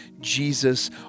Jesus